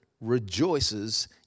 rejoices